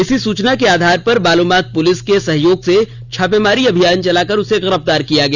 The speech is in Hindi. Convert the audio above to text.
इसी सूचना के आधार पर बालूमाथ पुलिस के सहयोग से छापेमारी अभियान चलाकर उसे गिरफतार किया गया